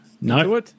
No